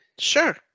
Sure